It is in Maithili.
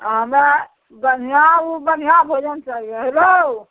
हमे बढ़िआँ ओ बढ़िआँ भोजन चाहिए हेलो